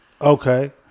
Okay